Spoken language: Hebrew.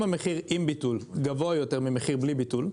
אם המחיר בלי ביטול גבוה יותר מהמחיר עם ביטול,